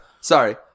Sorry